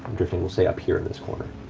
drifting we'll say up here in this corner.